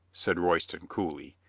said royston coolly.